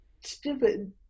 stupid